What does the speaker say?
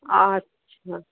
আচ্ছা